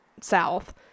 south